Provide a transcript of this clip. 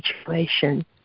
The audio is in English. situation